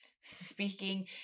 Speaking